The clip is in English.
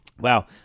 Wow